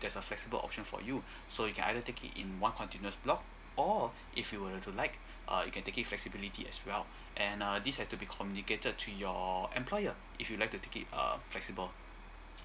there's a flexible option for you so you can either take it in one continuous block or if you were to like uh you can take it flexibility as well and uh this has to be communicated to your employer if you'd like to take it uh flexible